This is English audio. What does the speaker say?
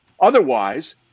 Otherwise